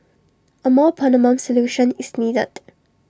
A more permanent solution is needed